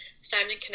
Simon